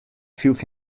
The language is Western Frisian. fielt